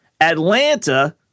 Atlanta